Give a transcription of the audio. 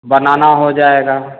बनाना हो जाएगा